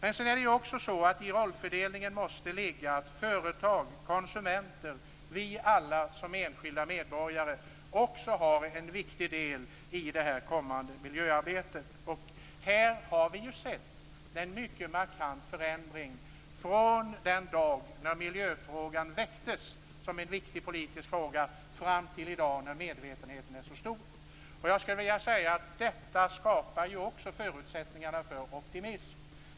I rollfördelningen måste också ligga att företag, konsumenter och vi alla som enskilda medborgare också har en viktig del i det kommande miljöarbetet. Här har vi ju sett en mycket markant förändring från den dag när miljöfrågan väcktes som en viktig politisk fråga fram till i dag när medvetenheten är så stor. Detta skapar ju också förutsättningar för optimism.